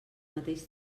mateix